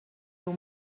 your